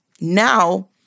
now